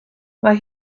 mae